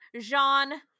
Jean